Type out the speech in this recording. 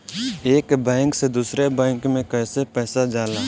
एक बैंक से दूसरे बैंक में कैसे पैसा जाला?